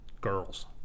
girls